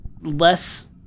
less